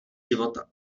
života